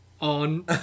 on